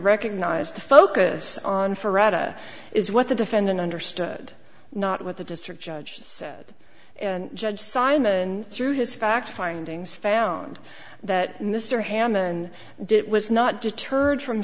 recognize to focus on forever is what the defendant understood not what the district judge said and judge simon through his facts findings found that mr hammond did was not deterred from